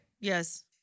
Yes